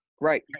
Right